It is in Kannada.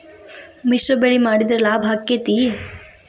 ಮಿಶ್ರ ಬೆಳಿ ಮಾಡಿದ್ರ ಲಾಭ ಆಕ್ಕೆತಿ?